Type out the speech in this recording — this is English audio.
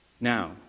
Now